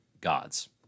gods